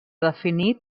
definit